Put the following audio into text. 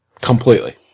Completely